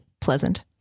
pleasant